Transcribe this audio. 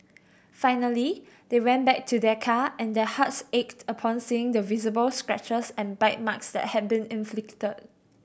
finally they went back to their car and their hearts ached upon seeing the visible scratches and bite marks that had been inflicted